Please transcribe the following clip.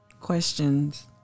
Questions